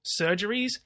surgeries